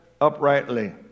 uprightly